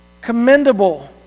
Commendable